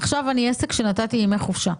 עכשיו אני עסק שנתתי ימי חופשה.